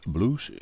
Blues